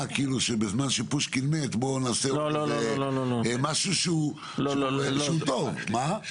כאילו בזמן שפושקין מת בואו נעשה משהו כזה --- שליפה.